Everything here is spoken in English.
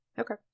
Okay